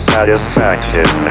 Satisfaction